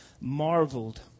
marveled